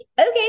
okay